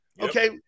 Okay